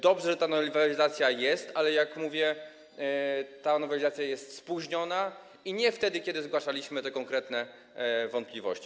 Dobrze, że ta nowelizacja jest, ale jak mówię, ta nowelizacja jest spóźniona i nie wtedy, kiedy zgłaszaliśmy te konkretne wątpliwości.